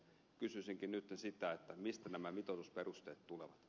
kysyisinkin nyt sitä mistä nämä mitoitusperusteet tulevat